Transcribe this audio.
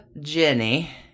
Jenny